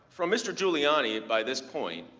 for mister giuliani by this point,